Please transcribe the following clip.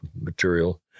material